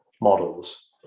models